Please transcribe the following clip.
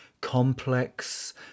complex